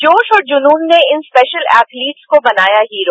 जोश और जूनून ने इन स्पेशल एथलीट को बनाया हीरो